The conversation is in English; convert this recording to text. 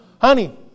Honey